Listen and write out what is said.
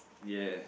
ya